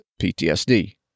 PTSD